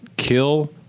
kill